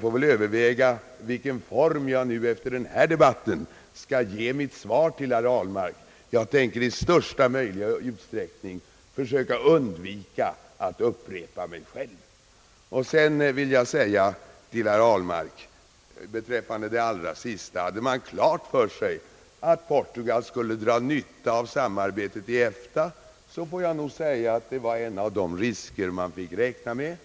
får väl överväga vilken form jag efter den här debatten skall ge mitt svar till herr Ahlmark, Jag tänker i största möjliga utsträckning försöka undvika att upprepa mig själv. Herr Ahlmark frågade till sist om man hade klart för sig att Portugal skulle få nytta av samarbetet i EFTA. På det får jag nog svara att det var en av de risker man fick räkna med.